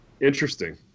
Interesting